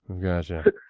Gotcha